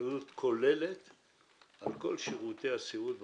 אחריות כוללת על כל שירותי הסיעוד במדינה,